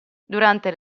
durante